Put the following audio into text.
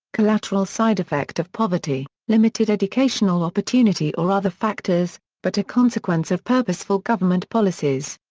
collateral side effect of poverty, limited educational opportunity or other factors, but a consequence of purposeful government policies.